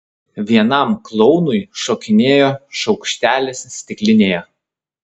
vienam klounui šokinėjo šaukštelis stiklinėje